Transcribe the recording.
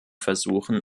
versuchen